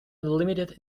limited